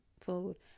food